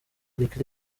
lick